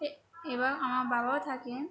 এবার আমার বাবাও থাকে